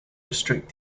restrict